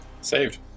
Saved